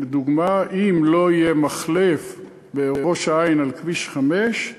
לדוגמה, אם לא יהיה מחלף לראש-העין על כביש 5,